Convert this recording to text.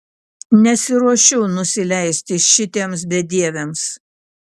nesiruošiu nusileisti šitiems bedieviams